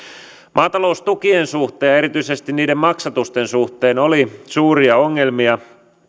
maataloustukien suhteen ja erityisesti niiden maksatusten suhteen oli suuria ongelmia